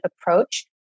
approach